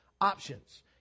options